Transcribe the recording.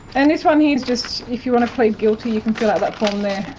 and this one here is just if you want to plead guilty, you can fill out that form there.